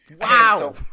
Wow